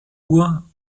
uhr